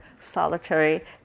solitary